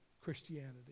Christianity